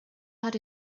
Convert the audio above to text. had